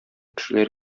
кешеләр